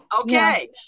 okay